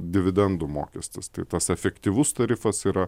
dividendų mokestis tai tas efektyvus tarifas yra